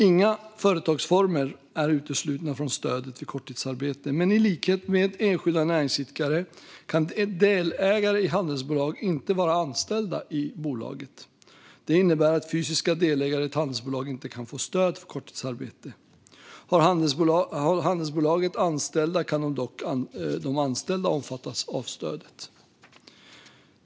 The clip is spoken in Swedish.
Inga företagsformer är uteslutna från stödet vid korttidsarbete, men i likhet med enskilda näringsidkare kan delägare i handelsbolag inte vara anställda i bolaget. Det innebär att fysiska delägare i ett handelsbolag inte kan få stöd för korttidsarbete. Har handelsbolaget anställda kan dock de anställda omfattas av stödet.